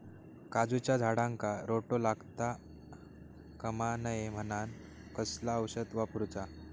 काजूच्या झाडांका रोटो लागता कमा नये म्हनान कसला औषध वापरूचा?